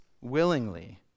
willingly